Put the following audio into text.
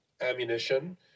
ammunition